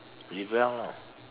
rebel you know